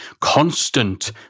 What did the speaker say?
constant